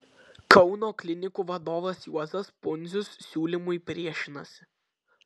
kauno klinikų vadovas juozas pundzius siūlymui priešinasi